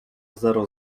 zero